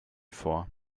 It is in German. vor